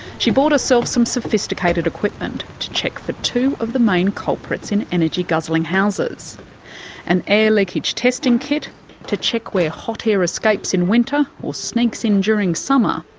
she bought herself some sophisticated equipment to check for two of the main culprits in energy-guzzling houses an air like leakage testing kit to check where hot air escapes in winter or sneaks in during summer,